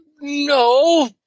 no